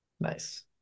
Nice